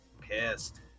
pissed